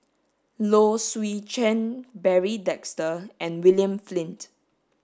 Low Swee Chen Barry Desker and William Flint